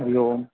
हरिः ओम्